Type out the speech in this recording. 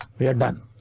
we're done.